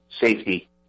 safety